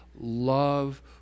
love